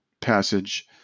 passage